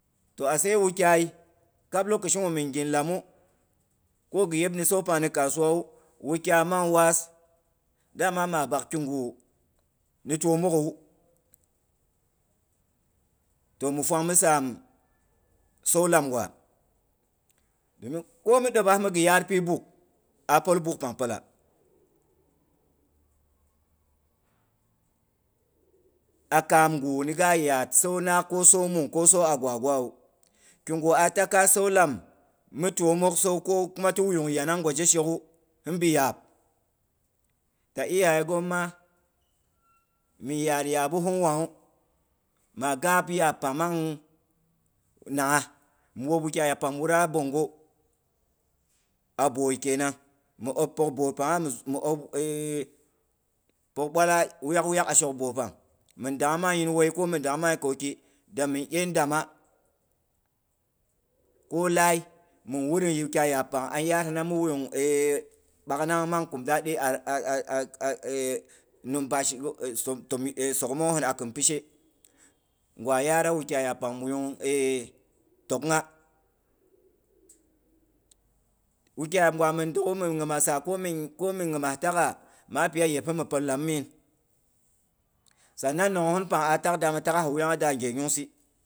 Toh atse wukyai kab locashi gwa min gin lamu, ko gi yep mi saupang ni kasuwawu, wukyai nang na saas da mang ma bak kigu ni tomok gha wu. Toh mi fang mi sam, sau lam gwa. Domin ko mi dopba mi ghi yar pi buk, a pol buk pang pola. A kam gu ni ga yaar sau naak, ko sau agwagwa wu. Kiga takai sau lam, mi twomok sau ko mi ti wuyung yanang gwa zhe shigu, hinbi yaab. Ta iyaye ghomma miri yaar yabu hin wangwu, maa gaap yaab pang ang nangha. Mi wop wukyai yaab pangha mi wu a bongho a boi kenang mi opkyo boi mi opkyo boi pangha mi op e pyok ɓwala a shok boi pang, min dangha mang giwei, ko min dangha mangin kauki damin iyem dama. Ko layi ming wura ni wukyai yaab pang, an yaar hin mi wuyung, ɓaknang mang kum da a a eh num numpas go hin soghomoghogi a kin pishe. Ngwa yara wukya yaab pang mi wuyung eh tokgha. Wukyai yaab ngwa mi dogwu, min nyimasa ko min nyim taagha, maa pi iya pol hin mi ye laman gin. Sannan nanghosin pang a tak dama ta'gha naghosin